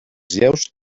lleus